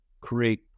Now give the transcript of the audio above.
create